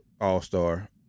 all-star